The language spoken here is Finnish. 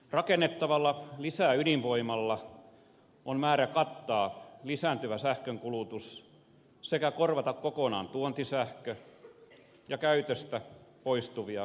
rakennettavalla lisäydinvoimalla on määrä kattaa lisääntyvä sähkönkulutus sekä korvata kokonaan tuontisähkö ja käytöstä poistuvia fossiilisia polttoaineita